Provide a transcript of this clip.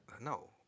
No